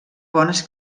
bones